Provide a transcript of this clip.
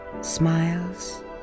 smiles